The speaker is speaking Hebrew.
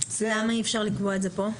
ייצר --- למה אי אפשר לקבוע את זה פה?